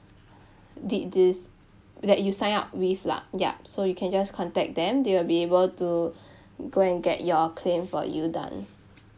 did this that you signed up with lah yup so you can just contact them they will be able to go and get your claim for you done